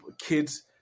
kids